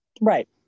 right